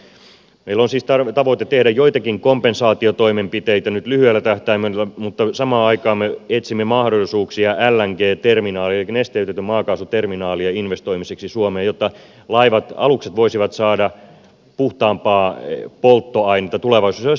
meillä on siis tavoite tehdä joitakin kompensaatiotoimenpiteitä nyt lyhyellä tähtäimellä mutta samaan aikaan me etsimme mahdollisuuksia investoida suomessa lng terminaaleihin eli nesteytetyn maakaasun terminaaleihin jotta alukset voisivat saada puhtaampaa polttoainetta tulevaisuudessa